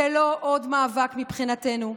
זה לא עוד מאבק מבחינתנו.